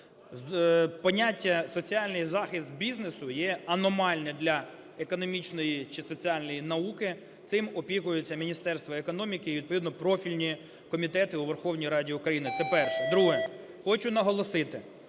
Поняття "соціальний захист бізнесу" є аномальне для економічної чи соціальної науки, цим опікується Міністерство економіки і відповідно профільні комітети у Верховній Раді України. Це перше. Друге. Хочу наголосити,